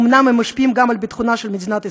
אומנם הם משפיעים גם על ביטחונה של מדינת ישראל,